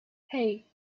hey